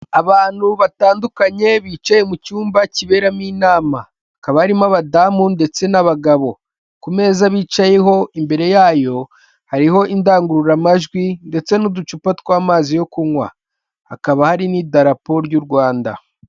Abantu batandukanye bicaye mu cyumba kiberamo inama hakaba harimo abadamu ndetse n'abagabo, ku meza bicayeho imbere yayo hariho indangururamajwi ndetse n'uducupa tw'amazi yo kunywa, hakaba hari n'idarapo ry'u Rwanda.